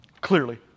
Clearly